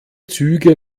züge